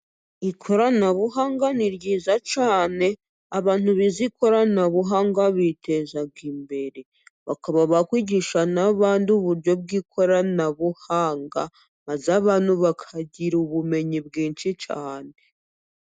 Ikoranabuhanga ni ryiza cyane. Abantu bize ikoranabuhanga biteza imbere bakaba bakwigisha n'abandi uburyo bw'ikoranabuhanga, maze abantu bakagira ubumenyi bwinshi cyane.